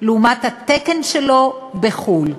לעומת התקן שלו בחו"ל.